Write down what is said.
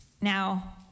Now